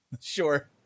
Sure